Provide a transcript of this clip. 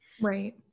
Right